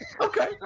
Okay